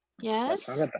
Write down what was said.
yes